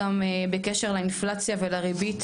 גם בקשר לאינפלציה ולריבית,